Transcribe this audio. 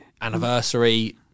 anniversary